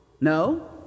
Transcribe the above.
No